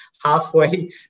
halfway